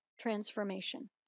transformation